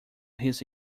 his